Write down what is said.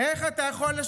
מהי העמדה שלכם?